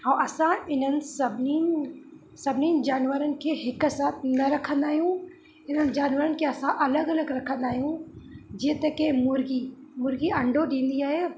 ऐं असां हिननि सभिनीनि सभिनीनि जानवरनि खे हिकु साथ न रखंदा आहियूं हिननि जानवरनि खे असां अलॻि अलॻि रखंदा आहियूं जीअं त की मुर्गी मुर्गी अंडो ॾींदी आहे